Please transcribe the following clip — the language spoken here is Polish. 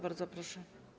Bardzo proszę.